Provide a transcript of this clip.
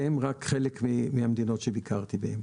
שהן רק חלק מהמדינות שביקרתי בהן.